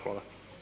Hvala.